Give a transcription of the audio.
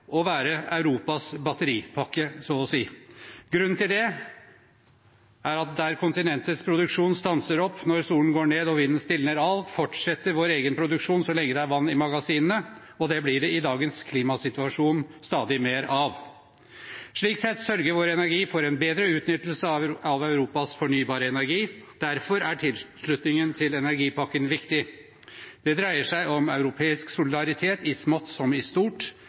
å være Europas batteripakke, så å si. Grunnen til det er at der kontinentets produksjon stanser opp når solen går ned og vinden stilner av, fortsetter vår egen produksjon så lenge det er vann i magasinene, og det blir det i dagens klimasituasjon stadig mer av. Slik sett sørger vår energi for en bedre utnyttelse av Europas fornybare energi. Derfor er tilslutningen til energipakken viktig. Det dreier seg om europeisk solidaritet i smått som i stort